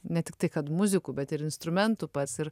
ne tiktai kad muzikų bet ir instrumentų pats ir